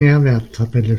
nährwerttabelle